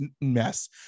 mess